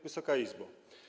Wysoka Izbo!